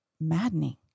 maddening